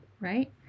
right